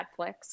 Netflix